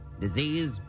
disease